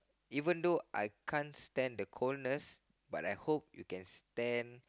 even though I can't stand the coldness but I hope you can stand